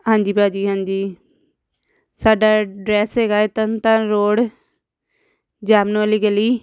ਹਾਂਜੀ ਭਾਅ ਜੀ ਹਾਂਜੀ ਸਾਡਾ ਡਰੈਸ ਹੈਗਾ ਹੈ ਤਰਨ ਤਾਰਨ ਰੋਡ ਜੈਮਨ ਵਾਲੀ ਗਲੀ